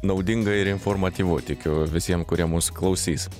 naudinga ir informatyvu tikiu visiems kurie mus klausys